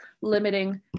limiting